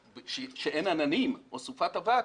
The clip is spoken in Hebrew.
כשאין עננים או סופת אבק